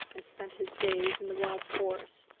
and spent his days in the wild forests,